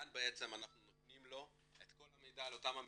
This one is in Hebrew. כאן אנחנו נותנים לו את כל המידע על אותם המלווים,